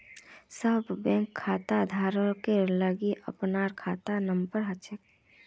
सब बैंक खाताधारकेर लिगी अपनार खाता नंबर हछेक